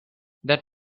that